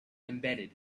embedded